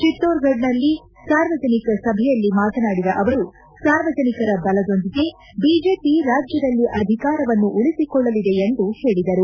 ಚಿತ್ತೋರ್ಗಢ್ನಲ್ಲಿ ಸಾರ್ವಜನಿಕ ಸಭೆಯಲ್ಲಿ ಮಾತನಾಡಿದ ಅವರು ಸಾರ್ವಜನಿಕರ ಬಲದೊಂದಿಗೆ ಬಿಜೆಪಿ ರಾಜ್ಞದಲ್ಲಿ ಅಧಿಕಾರವನ್ನು ಉಳಿಸಿಕೊಳ್ಳಲಿದೆ ಎಂದು ಹೇಳಿದರು